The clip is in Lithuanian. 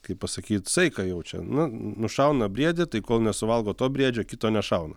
kaip pasakyt saiką jaučia nu nušauna briedį tai kol nesuvalgo to briedžio kito nešauna